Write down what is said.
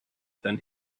than